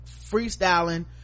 freestyling